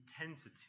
intensity